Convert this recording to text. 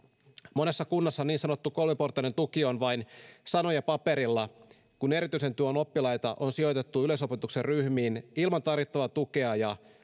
monessa kunnassa niin sanottu kolmiportainen tuki on vain sanoja paperilla kun erityisen tuen oppilaita on sijoitettu yleisopetuksen ryhmiin ilman tarjottavaa tukea ja